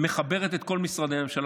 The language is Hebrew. מחברת את כל משרדי הממשלה.